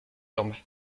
jambes